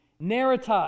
Narrative